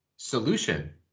solution